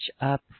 up